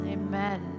amen